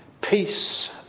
peace